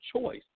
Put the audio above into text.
Choice